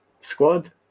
squad